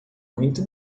muito